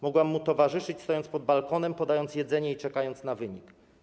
Mogłam mu towarzyszyć, stojąc pod balkonem, podając jedzenie i czekając na wynik.